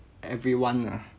everyone nah